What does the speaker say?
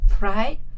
Right